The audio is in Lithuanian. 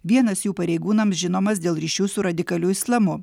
vienas jų pareigūnams žinomas dėl ryšių su radikaliu islamu